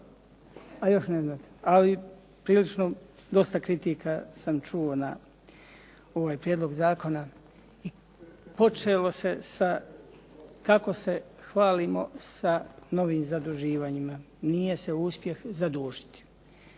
A još ne znate. Ali prilično dosta kritika sam čuo na ovaj prijedlog zakona. Počelo se sa kako se hvalimo sa novim zaduživanjima. Nije se uspjeh zadužiti.